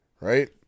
right